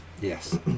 Yes